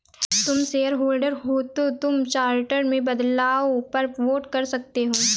तुम शेयरहोल्डर हो तो तुम चार्टर में बदलाव पर वोट कर सकते हो